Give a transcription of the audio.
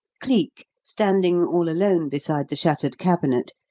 cleek, standing all alone beside the shattered cabinet,